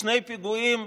שני פיגועים